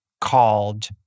called